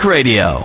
Radio